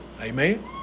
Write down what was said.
Amen